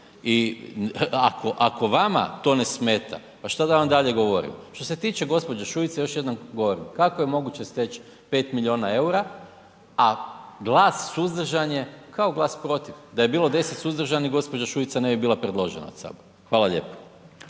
ako vama to ne smeta, pa šta da vam dalje govorim. Što se tiče gđe. Šuice još jednom govorim, kako je moguće steć 5 milijuna EUR-a, a glas suzdržan je kao glas protiv, da je bilo 10 suzdržanih gđa. Šuica ne bi bila predložena od HS. Hvala lijepo.